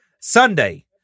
Sunday